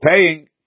paying